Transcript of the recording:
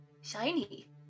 shiny